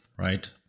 right